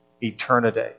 eternity